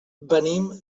venim